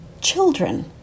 Children